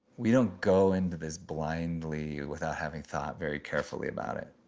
we don't go into this blindly without having thought very carefully about it.